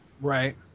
Right